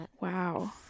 wow